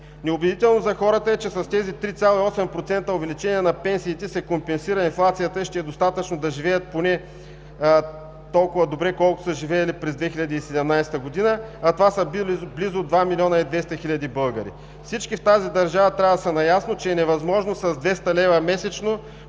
Неубедително за хората е, че с тези 3,8% увеличение на пенсиите се компенсира инфлацията и ще е достатъчно да живеят поне толкова добре, колкото са живеели през 2017 г., а това са близо 2 милиона и 200 хиляди българи. Всички в тази държава трябва да са наясно, че е невъзможно с 200 лв. месечно,